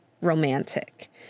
romantic